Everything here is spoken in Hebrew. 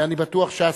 ואני בטוח שהשרה